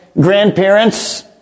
grandparents